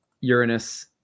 Uranus